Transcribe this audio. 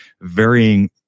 varying